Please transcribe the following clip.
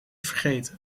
vergeten